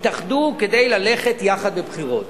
התאחדו כדי ללכת יחד בבחירות,